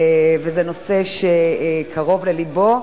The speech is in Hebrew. וזה נושא שקרוב ללבו,